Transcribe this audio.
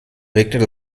regnet